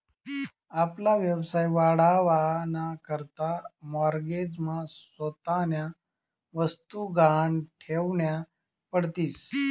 आपला व्यवसाय वाढावा ना करता माॅरगेज मा स्वतःन्या वस्तु गहाण ठेवन्या पडतीस